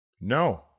No